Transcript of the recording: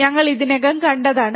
ഞങ്ങൾ ഇതിനകം കണ്ടതാണ്